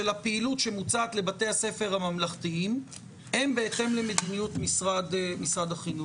הפעילות שמוצעת לבתי הספר הממלכתיים הם בהתאם למדיניות משרד החינוך.